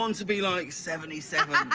um to be like seventy seven